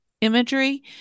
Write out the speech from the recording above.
imagery